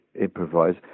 improvise